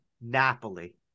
Napoli